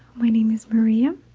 my name is maria.